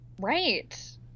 Right